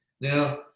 Now